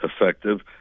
effective